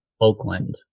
Oakland